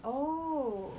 oh